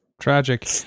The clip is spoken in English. Tragic